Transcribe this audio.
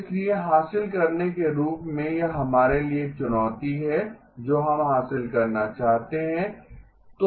इसलिए हासिल करने के रूप में यह हमारे लिए एक चुनौती है जो हम हासिल करना चाहते हैं